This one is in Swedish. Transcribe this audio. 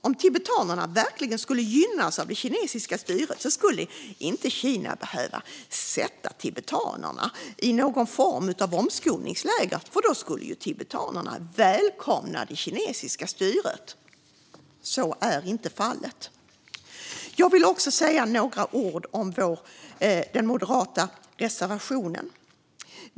Om tibetanerna verkligen gynnades av det kinesiska styret skulle inte Kina behöva sätta tibetanerna i någon form av omskolningsläger, för då skulle tibetanerna välkomna det kinesiska styret. Så är inte fallet. Jag vill också säga några ord om den moderata reservationen.